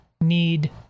need